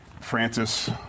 Francis